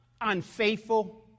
unfaithful